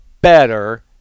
better